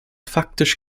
faktisch